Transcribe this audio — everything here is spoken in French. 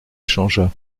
changea